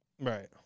Right